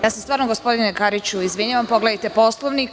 Ja se stvarno, gospodine Kariću, izvinjavam, pogledajte Poslovnik.